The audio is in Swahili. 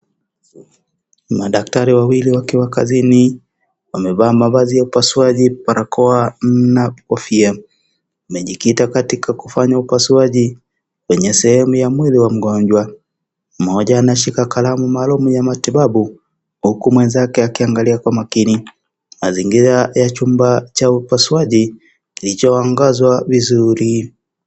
Madktari wawili wakiwa kazini, wamevaa mavazi ya upasuaji barakoa na kofia, wamejikita katika kufanya upasuaji kwenye sehemu ya mwili wa mgonjwa, mmoja anashika kalamu maalum ya matibabu na huku mwenzake akiangalia kwa makini, mazingira ya chumba cha upasuaji kiliocho ongozwa vizuri.